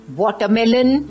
watermelon